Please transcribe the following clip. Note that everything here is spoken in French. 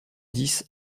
dix